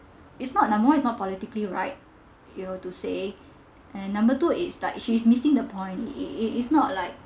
it's not the mor~ it's not politically right you know to say and number two it's like she's missing the point it it it it's not like